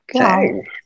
Okay